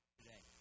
today